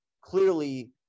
clearly